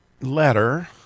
letter